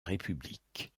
république